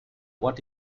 what